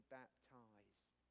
baptized